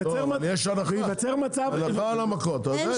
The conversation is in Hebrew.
וייוצר מצב --- הנחה על המקור, אתה יודע את זה.